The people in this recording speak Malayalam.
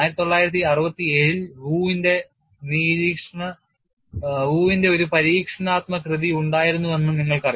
1967 ൽ Wu ന്റെ ഒരു പരീക്ഷണാത്മക കൃതി ഉണ്ടായിരുന്നുവെന്ന് നിങ്ങൾക്കറിയാം